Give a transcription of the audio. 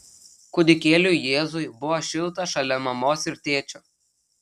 kūdikėliui jėzui buvo šilta šalia mamos ir tėčio